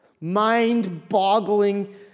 mind-boggling